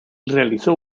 realizó